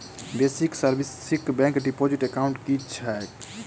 Basic savings bank deposit account की छैक?